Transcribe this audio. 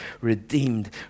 redeemed